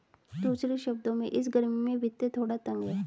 दूसरे शब्दों में, इस गर्मी में वित्त थोड़ा तंग है